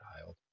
child